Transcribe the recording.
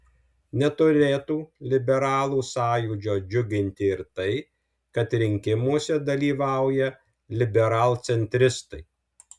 neturėtų liberalų sąjūdžio džiuginti ir tai kad rinkimuose dalyvauja liberalcentristai